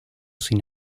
sin